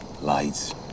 lights